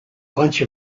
bunch